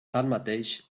tanmateix